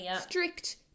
strict